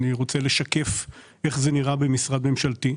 אני רוצה לשקף איך זה נראה במשרד ממשלתי.